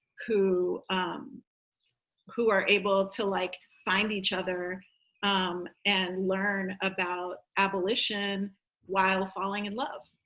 who um who are able to, like, find each other and learn about abolition while falling in love.